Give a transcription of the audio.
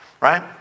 right